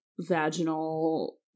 vaginal